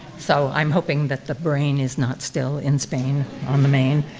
so i'm hoping that the brain is not still in spain on the main.